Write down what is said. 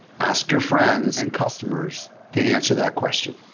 ask your friends and customers to answer that question.